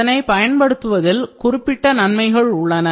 இதை பயன்படுத்துவதில் குறிப்பிட்ட நன்மைகள் உள்ளன